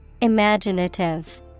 Imaginative